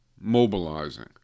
mobilizing